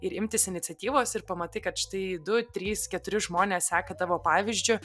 ir imtis iniciatyvos ir pamatai kad štai du trys keturi žmonės seka tavo pavyzdžiu